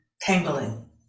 tangling